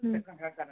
ह्म्